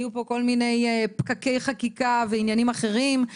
היו פה כל מיני פקקי חקיקה ועניינים אחרים,